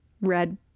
red